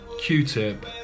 Q-Tip